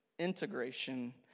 integration